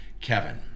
Kevin